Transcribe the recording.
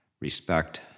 respect